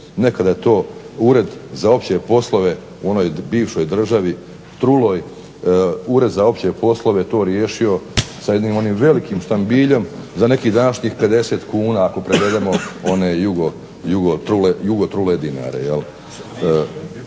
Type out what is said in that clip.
Nekada je to ured za opće poslove u onoj bivšoj državi truloj, ured za opće poslove to riješio sa jednim velikim štambiljem za nekih današnjih 50 kuna ako prevedemo jugo trule dinare.